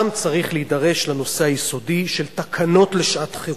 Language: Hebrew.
צריך להידרש גם לנושא היסודי של תקנות לשעת-חירום,